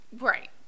Right